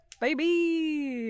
Baby